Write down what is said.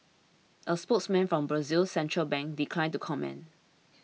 a spokesman for Brazil's central bank declined to comment